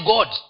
God